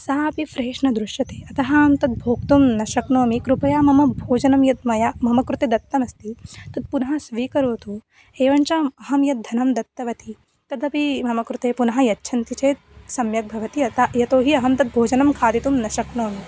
सः अपि फ़्रेश् न दृश्यते अतः अहं तत् भोक्तुं न शक्नोमि कृपया मम भोजनं यद् मया मम कृते दत्तमस्ति तत् पुनः स्वीकरोतु एवं च अहं यद् धनं दत्तवती तदपि मम कृते पुनः यच्छन्ति चेत् सम्यक् भवति अतः यतो हि अहं तद् भोजनं खादितुं न शक्नोमि